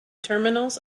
terminals